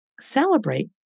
celebrate